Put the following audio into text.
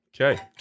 Okay